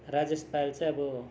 राजेस पायल चाहिँ अब